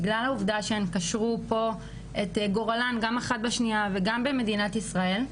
בגלל העובדה שהן קשרו פה את גורלן גם אחת בשניה וגם במדינת ישראל,